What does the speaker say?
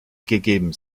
gegeben